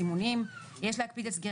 "Biohazard" ו"קורונה"; יש להפקיד על סגירה